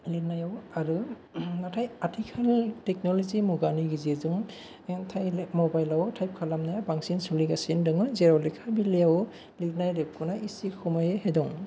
लिरनायाव आरो नाथाय आथिखालनि थेखन'लजि मुगानि गेजेरजों मबाइल आव थाइफ खालामनो बांसिन सोलिगासिनो दङ जेराव लेखा बिलाइआव लिरनाय रेबगनआ एसे खमायै दं